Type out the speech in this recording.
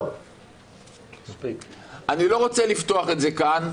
אני לא רוצה לפתוח את זה כאן.